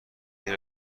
این